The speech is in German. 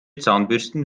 zahnbürsten